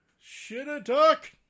Shit-a-duck